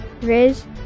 riz